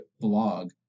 blog